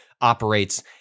operates